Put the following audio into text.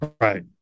Right